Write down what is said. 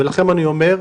ולכם אני אומר,